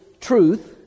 truth